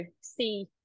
see